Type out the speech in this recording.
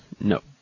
No